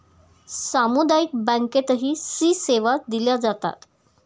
सामुदायिक बँकेतही सी सेवा दिल्या जातात